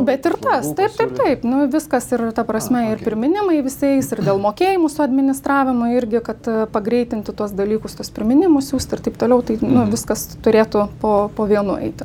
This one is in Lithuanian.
bet ir tas taip taip taip nu viskas ir ta prasme ir priminimai visi eis ir dėl mokėjimų su administravimu irgi kad pagreitinti tuos dalykus tuos priminimus siųsti ir taip toliau tai nu viskas turėtų po vienu eiti